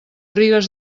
rigues